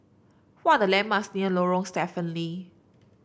what are the landmarks near Lorong Stephen Lee